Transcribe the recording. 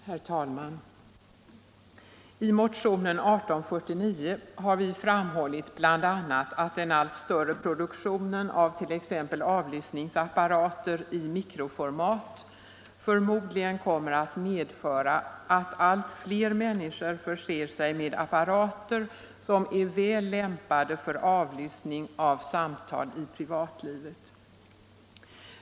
Herr talman! I motionen 1849 har vi framhållit bl.a. att den allt större produktionen av t.ex. avlyssningsapparater i mikroformat förmodligen kommer att medföra att allt fler människor förser sig med apparater som är väl lämpade för avlyssning av samtal i privatlivet.